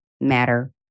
matter